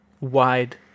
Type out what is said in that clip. wide